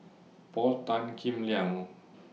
Paul Tan Kim Liang